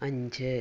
അഞ്ച്